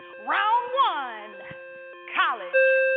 round one college.